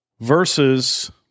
versus